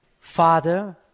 Father